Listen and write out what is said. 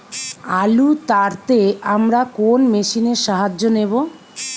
আলু তাড়তে আমরা কোন মেশিনের সাহায্য নেব?